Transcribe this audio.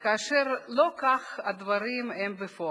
כאשר לא כך הדברים בפועל.